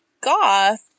goth